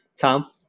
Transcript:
Tom